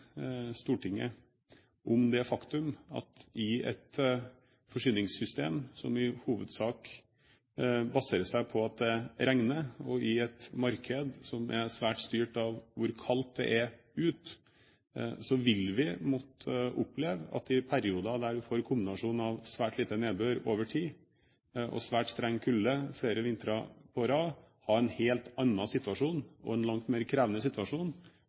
Stortinget om det faktum at i et forsyningssystem som i hovedsak baserer seg på at det regner, og i et marked som er svært styrt av hvor kaldt det er ute, vil vi måtte oppleve at vi i perioder der vi får en kombinasjon av svært lite nedbør over tid og svært streng kulde flere vintre på rad, har en helt annen og langt mer krevende situasjon